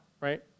right